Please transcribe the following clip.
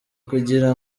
kugira